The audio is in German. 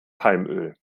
palmöl